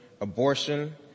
abortion